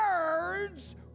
words